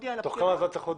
תוך כמה זמן צריך להודיע?